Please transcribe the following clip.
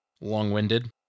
long-winded